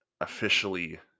officially